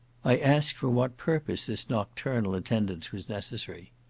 i asked for what purpose this nocturnal attendance was necessary?